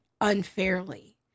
unfairly